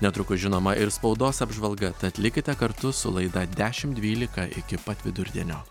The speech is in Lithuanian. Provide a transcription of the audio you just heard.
netrukus žinoma ir spaudos apžvalga tad likite kartu su laida dešimt dvylika iki pat vidurdienio